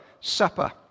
Supper